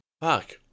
Fuck